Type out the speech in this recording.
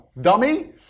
dummy